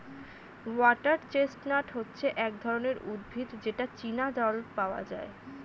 water chestnut হচ্ছে এক ধরনের উদ্ভিদ যেটা চীনা জল পাওয়া যায়